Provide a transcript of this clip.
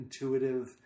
intuitive